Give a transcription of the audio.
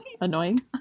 Annoying